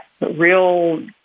real